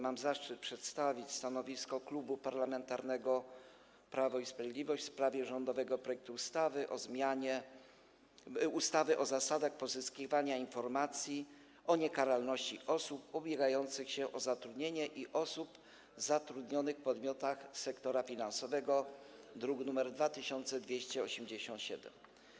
Mam zaszczyt przedstawić stanowisko Klubu Parlamentarnego Prawo i Sprawiedliwość w sprawie rządowego projektu ustawy o zasadach pozyskiwania informacji o niekaralności osób ubiegających się o zatrudnienie i osób zatrudnionych w podmiotach sektora finansowego, druk nr 2287.